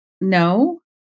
No